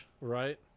Right